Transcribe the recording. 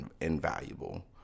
invaluable